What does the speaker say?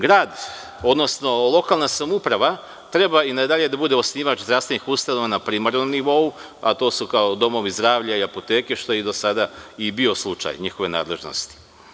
Grad, odnosno lokalna samouprava treba i nadalje da bude osnivač zdravstvenih ustanova na primarnom nivou, a to su domovi zdravlja i apoteke, što je i do sada i bio slučaj njihove nadležnosti.